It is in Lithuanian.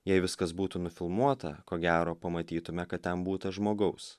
jei viskas būtų nufilmuota ko gero pamatytume kad ten būta žmogaus